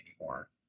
anymore